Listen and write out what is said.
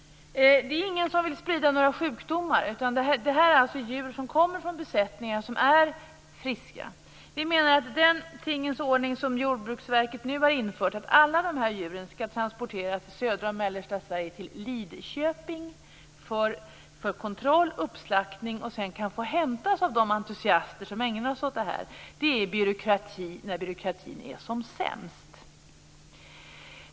Det är ingen som vill sprida några sjukdomar. Dessa djur kommer alltså från friska besättningar. Jordbruksverket har nu infört att alla djur skall transporteras till Lidköping för kontroll och uppslaktning. Sedan får de hämtas av de entusiaster som ägnar sig åt att mata havsörnar. Detta är byråkrati när byråkratin är som sämst.